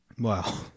Wow